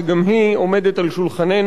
שגם היא עומדת על שולחננו: